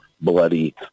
bloody